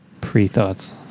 pre-thoughts